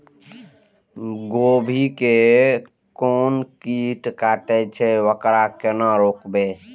गोभी के कोन कीट कटे छे वकरा केना रोकबे?